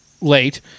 late